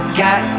got